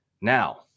Now